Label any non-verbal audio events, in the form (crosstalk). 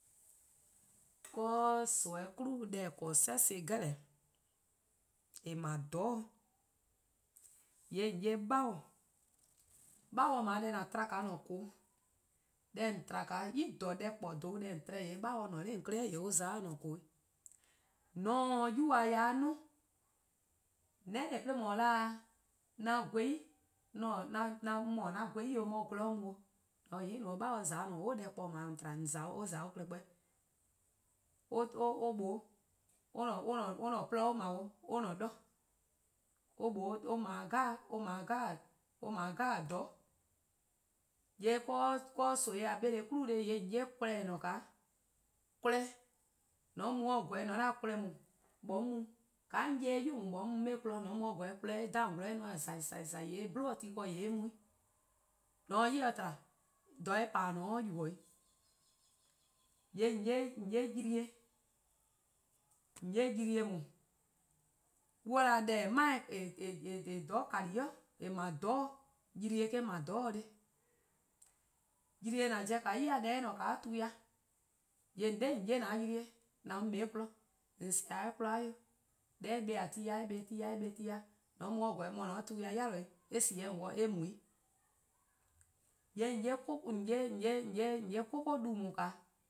'De nimi-a 'nyne bo deh :eh :korn-a 'sense' deh 'jeh, :eh 'ble-a :dhororn', :yee' :on 'ye 'pabor. 'Babor: :mlor deh :an tba-a :an-a'a: :koo:, deh :on tba-a' deh :kpor :klaba', deh :an tba-eh :yee' 'babor :ne 'nor :on 'klei' or za 'de :an-a'a: :koo: 'weh. :mor :on se :an 'yuba yai' kpa, 'de :on 'ye :ao 'an gweh 'i (hesitation) :mor :on :daa 'an gweh 'i 'on 'ye :gwloror' mu 'o, :mor :an mu 'hin no :yee' 'babor :za 'de :an-a'a: deh kpor-a klehkpeh :on tba-', (hesitation) or :za 'de or klehkpeh 'weh. (hesitation) or :mlor (hesitation) or :porluh or 'ble-a on :ne 'o 'dor, or :mlor (hesitation) (hesitation) or 'ble :dhororn' 'jeh. :yee' (hesitation) 'de nimi neh 'nyne bo :neheh' :yee' :an 'ye kweh :eh :ne-a 'o, 'kweh, :mor :an mu 'o pobo :mor :on 'da kweh :daa, 'nyi 'on mu :ka 'on 'ye-eh 'yu :daa on 'ye-eh 'kpon, :mor :an mu 'o po 'o :yee' 'kweh dhan 'o :on 'zorn-dih :zai: :zai: eh 'blun-dih tu+ ken eh mu. :mor :on se 'de 'yli-dih tba :dha eh mu-a :pa-dih :on se 'o yubo 'i. :yee' (hesitation) :on 'ye :ylee:, :lon 'ye :ylee :daa, :mor on 'da deh (hesitation) :eh :korn-a :dhororn' kani-a 'i, eh 'ble-a :dhororn', :ylee: eh-: 'ble :dhororn' :neheh. :ylee: :an pobo-a ya deh eh :ne-a 'de tu ya :yee' :on 'da :on 'ye :an-a'a: :ylee:, 'an mu :on 'ye 'kpon, :on sea-dih eh 'kpon-a 'weh 'o, deh eh 'kpa-a tu+ ya-dih eh 'kpa tu+ ya-dih, :mor :an mu 'o pobo, mor :on se 'de tu ya yai', eh sie 'o dih eh mu-'. :yee' :on (hesitation) 'ye 'koko'-du,